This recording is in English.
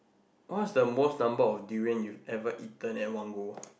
what's the most number of durian you ever eaten at one go